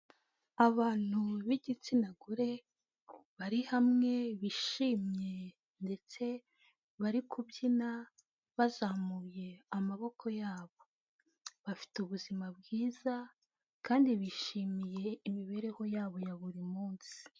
Abantu b'igitsina gore bari hamwe bishimye ndetse bari kubyina bazamuye amaboko yabo, bafite ubuzima bwiza kandi bishimiye imibereho yabo ya buri munsi.